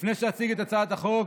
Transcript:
לפני שאציג את הצעת החוק,